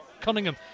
Cunningham